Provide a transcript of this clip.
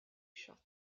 short